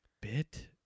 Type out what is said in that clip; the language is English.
bit